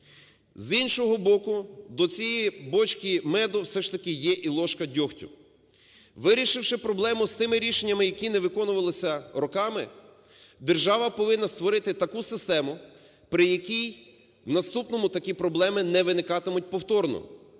З іншого боку, до цієї "бочки меду" все ж таки є і "ложка дьогтю". Вирішивши проблему з тими рішеннями, які не виконувалися роками, держава повинна створити таку систему, при якій в наступному такі проблеми не виникатимуть повторно.